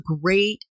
great